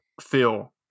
feel